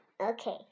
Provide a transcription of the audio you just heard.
Okay